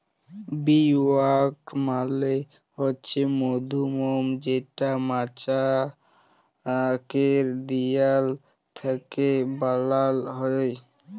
bee wax মালে হছে মধুমম যেটা মচাকের দিয়াল থ্যাইকে বালাল হ্যয়